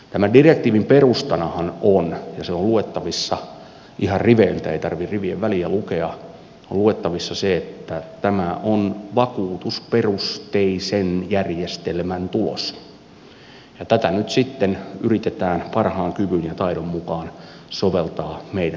tämän direktiivin perustanahan on ja se on luettavissa ihan riveiltä ei tarvitse rivien välejä lukea että tämä on vakuutusperusteisen järjestelmän tulos ja tätä nyt sitten yritetään parhaan kyvyn ja taidon mukaan soveltaa meidän tilanteeseemme